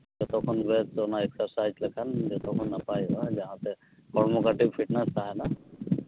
ᱡᱚᱛᱚ ᱠᱷᱚᱱ ᱵᱮᱥ ᱚᱱᱟ ᱮᱹᱠᱥᱮᱥᱟᱭᱤᱡᱽ ᱞᱮᱠᱷᱟᱱ ᱡᱚᱛᱚ ᱠᱷᱚᱱ ᱱᱟᱯᱟᱭᱚᱜᱼᱟ ᱚᱱᱟᱛᱮ ᱦᱚᱲᱢᱚ ᱠᱟᱹᱴᱤᱡ ᱯᱷᱤᱴᱱᱮᱥ ᱛᱟᱦᱮᱱᱟ